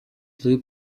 blue